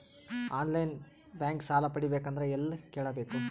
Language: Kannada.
ಆನ್ ಲೈನ್ ಬ್ಯಾಂಕ್ ಸಾಲ ಪಡಿಬೇಕಂದರ ಎಲ್ಲ ಕೇಳಬೇಕು?